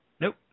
Nope